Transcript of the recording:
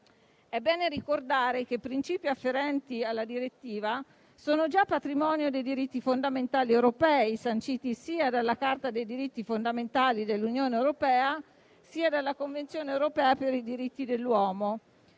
È bene ricordare che i principi afferenti alla direttiva sono già patrimonio dei diritti fondamentali europei sanciti sia dalla Carta dei diritti fondamentali dell'Unione europea, sia dalla Convenzione europea per i diritti dell'uomo